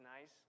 nice